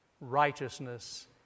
righteousness